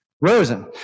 Rosen